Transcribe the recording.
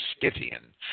Scythian